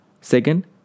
Second